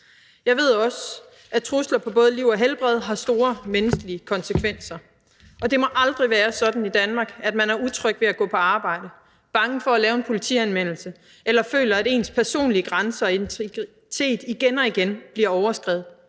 Jeg ved også, at trusler på både liv og helbred har store menneskelige konsekvenser, og det må aldrig være sådan i Danmark, at man er utryg ved at gå på arbejde, bange for at lave en politianmeldelse eller føler, at ens personlige grænser og integritet igen og igen bliver overskredet,